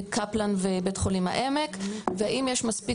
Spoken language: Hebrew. בבתי החולים קפלן והעמק והאם יש מספיק